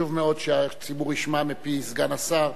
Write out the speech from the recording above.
שחשוב מאוד שהציבור ישמע מפי סגן השר